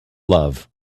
love